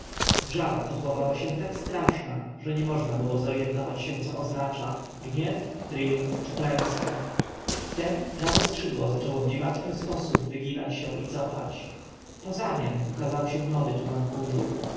wrzawa kotłowała się tak straszna że nie można było zorjentować się co oznacza gniew triumf czy klęskę wtem prawe skrzydło zaczęło w dziwaczny sposób wyginać się i cofać poza niem ukazał się nowy tuman kurzu